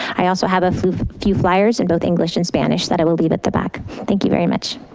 i also have a few fliers in both english and spanish that i will leave at the back, thank you very much.